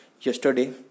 yesterday